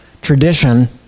tradition